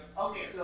Okay